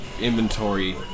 inventory